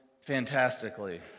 fantastically